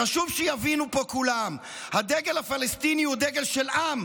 חשוב שיבינו פה כולם: הדגל הפלסטיני הוא דגל של עם,